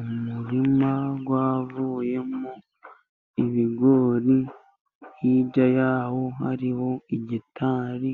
Umurima wavuyemo ibigori. Hirya yaho hariho igitari